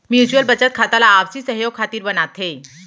mutual बचत खाता ला आपसी सहयोग खातिर बनाथे